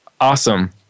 Awesome